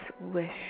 wish